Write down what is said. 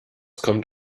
kommt